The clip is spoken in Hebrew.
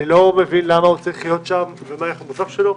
אני לא מבין למה הוא צריך להיות שם ומה ערך המוסף שלו.